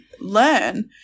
learn